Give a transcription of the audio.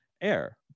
air